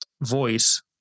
voice